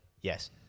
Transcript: yes